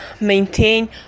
maintain